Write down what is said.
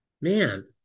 man